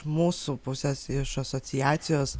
mūsų pusės iš asociacijos